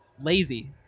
lazy